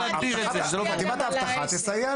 חטיבת האבטחה תסייע